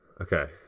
Okay